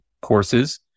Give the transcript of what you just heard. courses